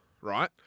right